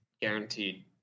guaranteed